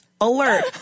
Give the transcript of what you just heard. alert